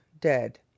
dead